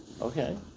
Okay